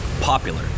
popular